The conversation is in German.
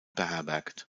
beherbergt